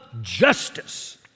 justice